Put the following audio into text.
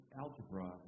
algebra